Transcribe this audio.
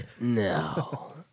No